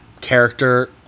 character